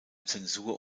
zensur